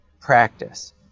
practice